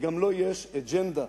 וגם לו יש אג'נדה,